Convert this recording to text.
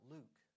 Luke